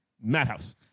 Madhouse